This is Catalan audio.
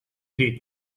dit